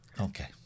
Okay